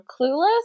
Clueless